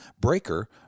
Breaker